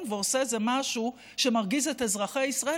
ועושה איזה משהו שמרגיז את אזרחי ישראל,